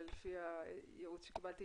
ולפי הייעוץ שקיבלתי,